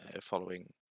following